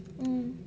mm